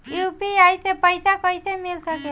UPI से पइसा कईसे मिल सके ला?